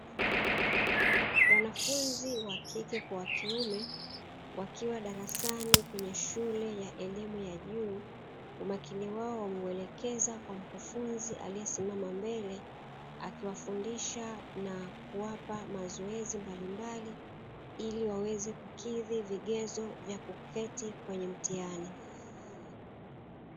Wanafunzi wa kike kwa kiume wakiwa darasani kwenye shule ya elimu ya juu, umakini wao wameelekeza kwa mkufunzi aliyesimama mbele akiwafundisha na kuwapa mazoezi mbalimbali ili waweze kukidhi vigezo vya kuketi kwenye mtihani.